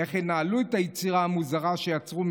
איך ינהלו את היצירה המוזרה שיצרו,